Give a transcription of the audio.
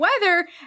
weather